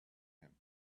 him